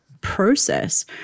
process